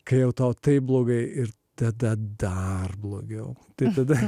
kai tau taip blogai ir tada dar blogiau tai tada